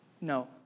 No